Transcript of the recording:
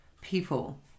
people